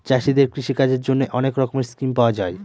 চাষীদের কৃষিকাজের জন্যে অনেক রকমের স্কিম পাওয়া যায়